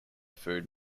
food